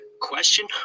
question